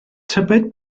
tybed